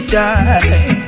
die